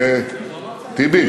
טיבי,